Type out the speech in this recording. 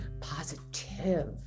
positive